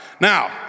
Now